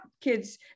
kids